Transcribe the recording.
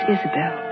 Isabel